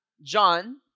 John